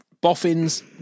boffins